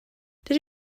dydw